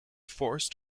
forced